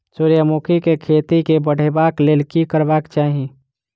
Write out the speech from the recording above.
सूर्यमुखी केँ खेती केँ बढ़ेबाक लेल की करबाक चाहि?